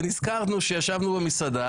ונזכרנו שישבנו במסעדה.